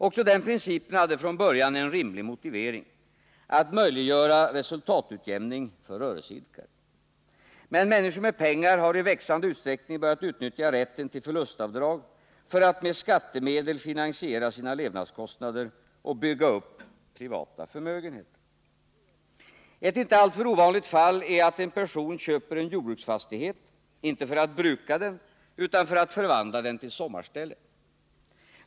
Också den principen hade från början en rimlig motivering, nämligen att möjliggöra resultatutjämning för rörelseidkare. Men människor med pengar har i växande utsträckning börjat utnyttja rätten till förlustavdrag för att med skattemedel finansiera sina levnadskostnader och bygga upp privata förmögenheter. Ett inte alltför ovanligt fall är att en person köper en jordbruksfastighet, inte för att bruka den utan för att förvandla den till sommarställe.